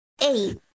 eight